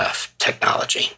technology